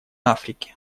африки